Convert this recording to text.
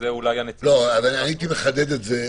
ברשותך, הייתי מחדד את זה.